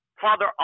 Father